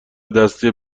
دستی